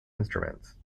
instruments